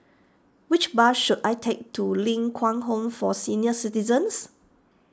which bus should I take to Ling Kwang Home for Senior Citizens